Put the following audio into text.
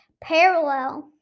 Parallel